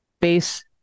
base